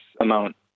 amount